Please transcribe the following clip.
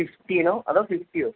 ഫിഫ്റ്റീനോ അതോ ഫിഫ്റ്റിയോ